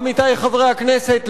עמיתי חברי הכנסת,